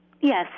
Yes